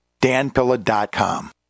danpilla.com